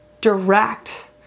direct